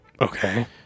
Okay